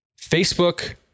Facebook